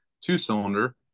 two-cylinder